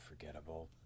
unforgettable